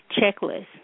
checklist